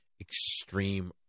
extreme